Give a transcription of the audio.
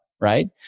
right